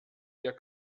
der